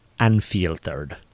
unfiltered